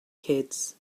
kids